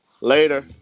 Later